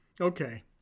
Okay